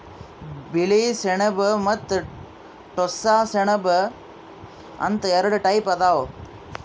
ಬಿಳಿ ಸೆಣಬ ಮತ್ತ್ ಟೋಸ್ಸ ಸೆಣಬ ಅಂತ್ ಎರಡ ಟೈಪ್ ಅದಾವ್